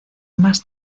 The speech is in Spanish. más